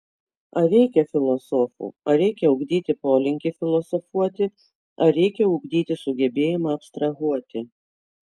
ar reikia filosofų ar reikia ugdyti polinkį filosofuoti ar reikia ugdyti sugebėjimą abstrahuoti